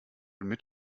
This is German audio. mit